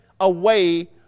away